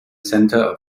center